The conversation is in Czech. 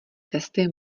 testy